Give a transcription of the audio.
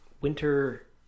winter